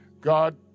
God